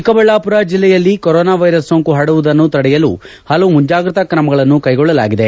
ಚಿಕ್ಕಬಳ್ಳಾಪುರ ಜಲ್ಲೆಯಲ್ಲಿ corona virus ಸೋಂಕು ಪರಡುವುದನ್ನು ತಡೆಯಲು ಹಲವು ಮುಂಜಾಗ್ರತಾ ಕ್ರಮಗಳನ್ನು ಕೈಗೊಳ್ಳಲಾಗಿದೆ